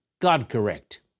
God-correct